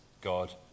God